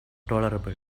tolerable